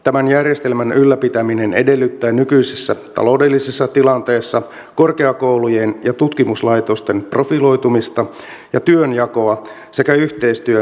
tämän järjestelmän ylläpitäminen edellyttää nykyisessä taloudellisessa tilanteessa korkeakoulujen ja tutkimuslaitosten profiloitumista ja työnjakoa sekä yhteistyön kehittämistä